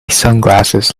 sunglasses